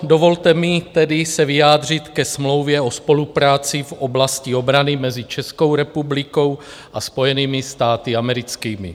Dovolte mi tedy se vyjádřit ke Smlouvě o spolupráci v oblasti obrany mezi Českou republikou a Spojenými státy americkými.